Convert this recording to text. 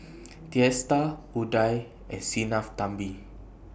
Teesta Udai and Sinnathamby